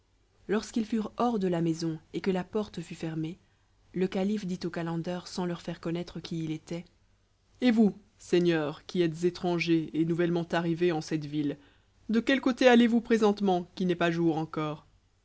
lorsqu'ils furent hors de la maison et que la porte fut fermée le calife dit aux calenders sans leur faire connaître qui il était et vous seigneurs qui êtes étrangers et nouvellement arrivés en cette ville de quel côté allez-vous présentement qu'il n'est pas jour encore